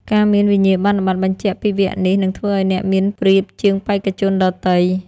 ការមានវិញ្ញាបនបត្របញ្ជាក់ពីវគ្គនេះនឹងធ្វើឱ្យអ្នកមានប្រៀបជាងបេក្ខជនដទៃ។